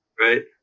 right